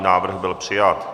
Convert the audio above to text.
Návrh byl přijat.